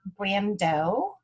Brando